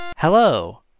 Hello